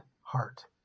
heart